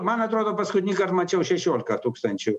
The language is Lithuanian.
man atrodo paskutinįkart mačiau šešiolika tūkstančių